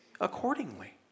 accordingly